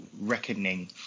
reckoning